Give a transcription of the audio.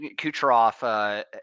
Kucherov